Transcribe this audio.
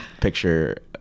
picture